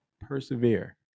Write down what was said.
persevere